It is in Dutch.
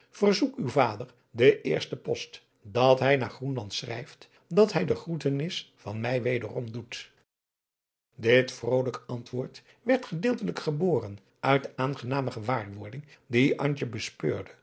verzoek uw vader den eersten post dat hij naar groenland schrijft dat hij de groetenis van mij weôrom doet dit vrolijk antwoord werd gedeeltelijk geboren uit de aangename gewaarwording die antje bespeurde